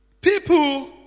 People